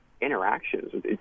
interactions